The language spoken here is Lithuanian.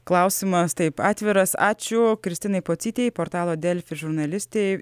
klausimas taip atviras ačiū kristinai pocytei portalo delfi žurnalistei